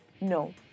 No